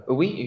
Oui